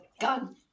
gun